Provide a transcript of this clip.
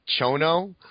Chono